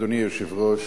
אדוני היושב-ראש,